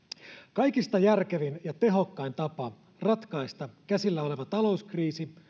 kaikista järkevin ja tehokkain tapa ratkaista käsillä oleva talouskriisi